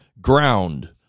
Ground